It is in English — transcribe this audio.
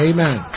Amen